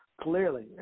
clearly